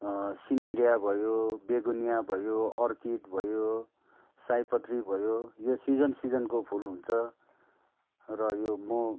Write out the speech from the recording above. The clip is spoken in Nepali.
सिनेरिया भयो बेगुनिया भयो अर्किड भयो सयपत्री भयो यो सिजन सिजन को फुल हुन्छ र यो मो